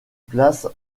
place